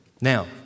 Now